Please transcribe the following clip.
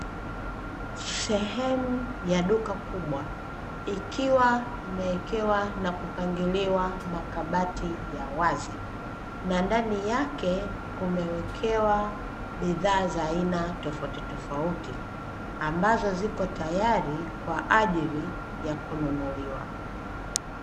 Sehemu ya duka kubwa, ikiwa imewekewa na kupangiliwa makabati ya wazi. Na ndani yake kumewekewa bidhaa za aina tofautitofauti, ambazo ziko tayari kwa ajili ya kununuliwa.